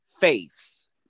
face